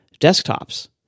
desktops